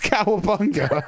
Cowabunga